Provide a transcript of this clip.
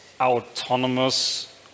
autonomous